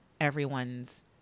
everyone's